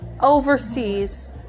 overseas